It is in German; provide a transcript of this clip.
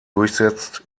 durchsetzt